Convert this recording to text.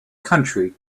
country